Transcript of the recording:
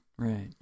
Right